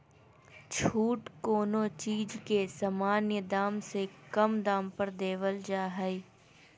छूट कोनो चीज के सामान्य दाम से कम दाम पर देवल जा हइ